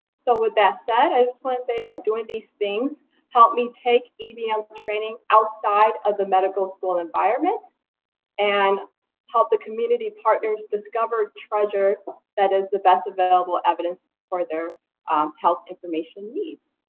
so with that said, i just want to say doing these things helped me take ebm and training outside of the medical school environment and helped the community partners discover treasure that is the best available evidence for their health information needs.